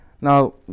now